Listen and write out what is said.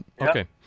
Okay